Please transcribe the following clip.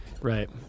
Right